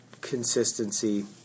consistency